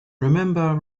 remember